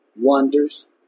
wonders